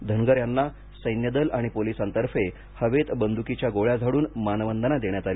धनगर यांना सैन्यदल आणि पोलिसांतर्फे हवेत बंदुकीच्या गोळ्या झाडून मानवंदना देण्यात आली